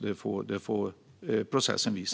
Det får processen visa.